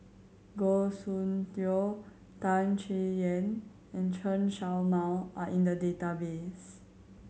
Goh Soon Tioe Tan Chay Yan and Chen Show Mao are in the database